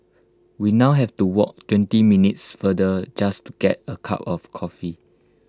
we now have to walk twenty minutes farther just to get A cup of coffee